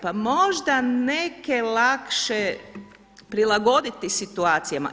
Pa možda neke lakše prilagoditi situacijama.